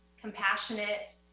compassionate